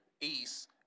East